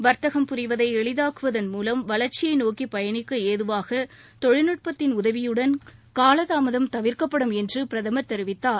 வர்த்தகம் புரிவதை எளிதாக்குவதன் மூலம் வளர்ச்சியை நோக்கி பயணிக்க ஏதுவாக தொழில்நுட்பத்தின் உதவியுடன் காலதாமதம் தவிர்க்கப்படும் என்று பிரதமர் தெரிவித்தார்